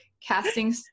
casting